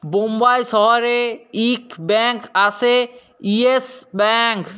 বোম্বাই শহরে ইক ব্যাঙ্ক আসে ইয়েস ব্যাঙ্ক